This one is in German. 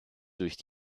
durch